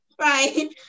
Right